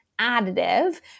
additive